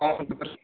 কম হতে পারে